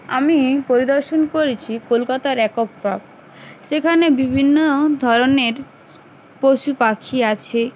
আমি পরিদর্শন করেছি কলকাতার একক প্রপ সেখানে বিভিন্ন ধরনের পশু পাখি আছে